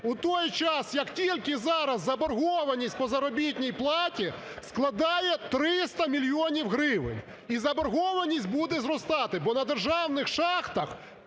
У той час, як тільки зараз заборгованість по заробітній платі складає 300 мільйонів гривень, і заборгованість буде зростати, бо на державних шахтах